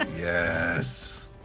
Yes